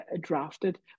drafted